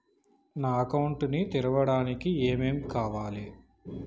నా అకౌంట్ ని తెరవడానికి ఏం ఏం కావాలే?